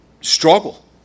struggle